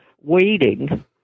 waiting